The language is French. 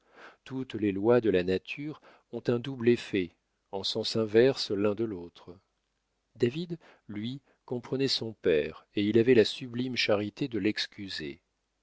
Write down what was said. toutes les lois de la nature ont un double effet en sens inverse l'une de l'autre david lui comprenait son père et il avait la sublime charité de l'excuser